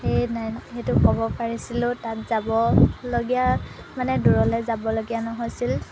সেই সেইটো ক'ব পাৰিছিলোঁ তাত যাবলগীয়া মানে দূৰলৈ যাবলগীয়া নহৈছিল